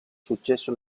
successo